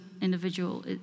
individual